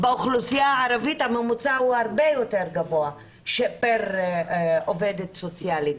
באוכלוסייה הערבית הממוצע הוא הרבה יותר גבוה פר עובדת סוציאלית.